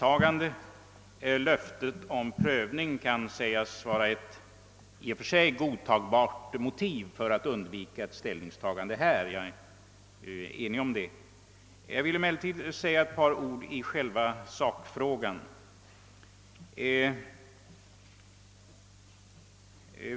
Jag kan hålla med om att löftet om prövning kan vara ett i och för sig godtagbart motiv för att undvika ett ställningstagande i detta avseende. Jag vill emellertid säga ett par ord i sakfrågan.